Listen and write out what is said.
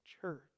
church